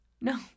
No